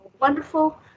wonderful